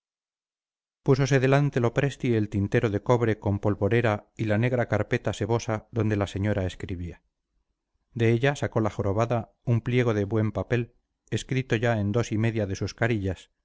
púsole delante lopresti el tintero de cobre con polvorera y la negra carpeta sebosa donde la señora escribía de ella sacó la jorobada un pliego de buen papel escrito ya en dos y media de sus carillas